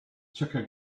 chukka